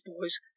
boys